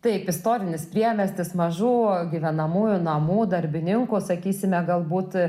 taip istorinis priemiestis mažų gyvenamųjų namų darbininkų sakysime galbūt